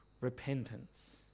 repentance